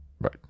right